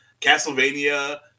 castlevania